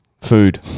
food